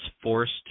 forced